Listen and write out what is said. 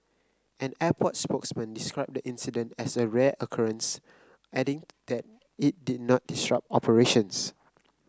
an airport spokesman described the incident as a rare occurrence adding that it did not disrupt operations